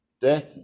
death